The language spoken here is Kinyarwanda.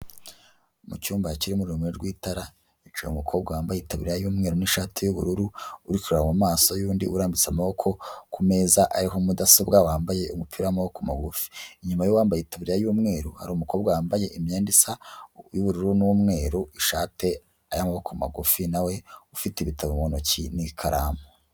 Mu cyumba kirimo urumuri rw'itara hicaye umukobwa wambaye itaburiya y'umweru n'ishati y'ubururu, uri kureba mu maso y'undi urambitse amaboko ku meza ariho mudasobwa wambaye umupira w'amaboko ku magurufi. Inyuma y'uwambaye itaburiya y'umweru hari umukobwa wambaye imyenda isa y'ubururu n'umweru ishati ari amaboko magufi nawe ufite ibitabo mu ntoki n'ikaramu.